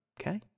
okay